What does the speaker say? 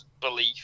belief